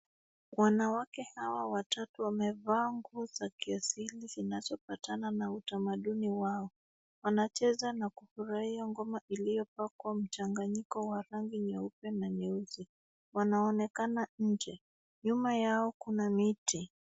Wanawake hawa watatu wamevaa nguo za kiasili zinazopatana na utamaduni wao. Wanacheza na kufurahia ngoma iliyopakwa mchanganyiko wa rangi nyeupe na nyeusi. Wanaonekana nje ,nyuma yao kuna miti.